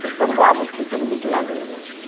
तऽ तरुआ मे की सभ नीक लागैया